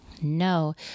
No